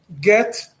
get